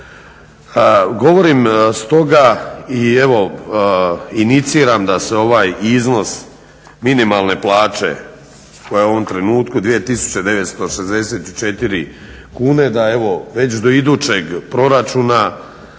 Govorim stoga i evo iniciram da se ovaj iznos minimalne plaće koja je u ovom trenutku 2964 kune da evo već do idućeg proračuna